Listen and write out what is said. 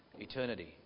eternity